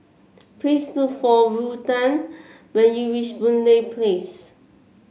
please look for Ruthann when you reach Boon Lay Place